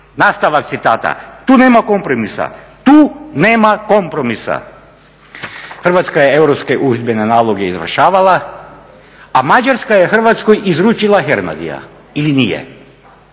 Nastavak citata: "Tu nema kompromisa. Tu nema kompromisa." Hrvatska je europske uhidbene naloge izvršavala, a Mađarska je Hrvatskoj izručila Hernadya ili nije?